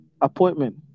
Appointment